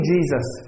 Jesus